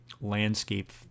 landscape